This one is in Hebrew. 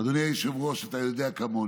אדוני היושב-ראש, אתה יודע כמוני: